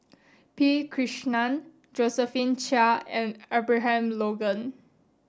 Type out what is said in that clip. P Krishnan Josephine Chia and Abraham Logan